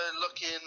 looking